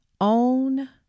own